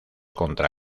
contra